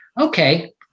Okay